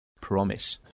Promise